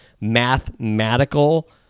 mathematical